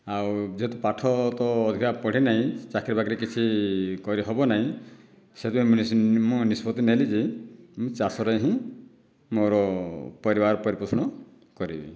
ଆଉ ଯେହେତୁ ପାଠ ତ ଅଧିକ ପଢ଼ିନାହିଁ ଚାକିରି ବାକିରି କିଛି କରିହେବନାହିଁ ସେଥିପାଇଁ ମୁଁ ମୁଁ ନିଷ୍ପତ୍ତି ନେଲି ଯେ ମୁଁ ଚାଷରେ ହିଁ ମୋର ପରିବାର ପରିପୋଷଣ କରିବି